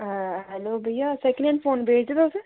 भैया second hand phone बेचदे तुस